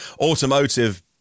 automotive